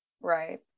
Right